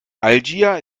algier